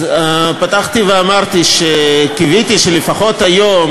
פתחתי ואמרתי שקיוויתי שלפחות היום,